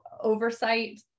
oversight